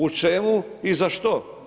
U čemu i za što?